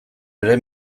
ere